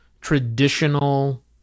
traditional